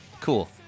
Cool